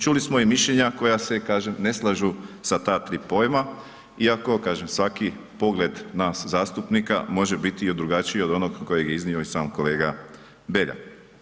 Čuli smo i mišljenja koja se kažem ne slažu sa ta 3 pojma iako kažem svaki pogled nas zastupnika može biti i drugačiji od onog kojeg je iznio i sam kolega Beljak.